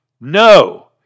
No